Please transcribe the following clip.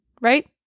right